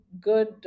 good